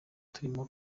turimo